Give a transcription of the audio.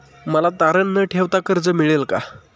मला तारण न ठेवता कर्ज मिळेल का?